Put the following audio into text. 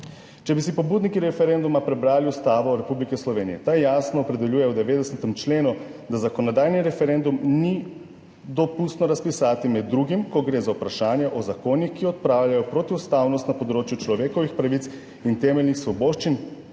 Če bi si pobudniki referenduma prebrali Ustavo Republike Slovenije, ta jasno opredeljuje v 90. členu, da zakonodajni referendum ni dopustno razpisati med drugim, ko gre za vprašanja o zakonih, ki odpravljajo protiustavnost na področju človekovih pravic in temeljnih svoboščin